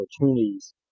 opportunities